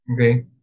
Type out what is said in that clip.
Okay